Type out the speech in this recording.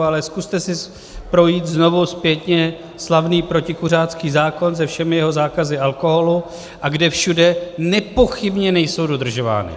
Ale zkuste si projít znovu zpětně slavný protikuřácký zákon se všemi jeho zákazy alkoholu, a kde všude nepochybně nejsou dodržovány.